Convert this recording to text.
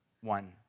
one